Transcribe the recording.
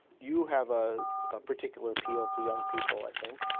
you have a particular appeal to young people, i think.